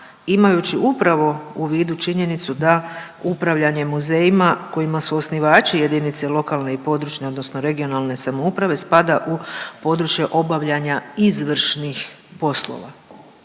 imajući upravo u vidu činjenicu da upravljanje muzejima kojima su osnivači jedinice lokalne i područne odnosno regionalne samouprave spada u područje obavljanja izvršnih poslova,